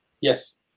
Yes